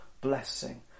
blessing